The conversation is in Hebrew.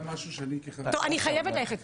אני חייבת ללכת.